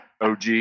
OG